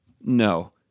No